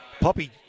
Poppy